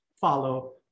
follow